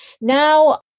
Now